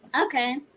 Okay